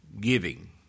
giving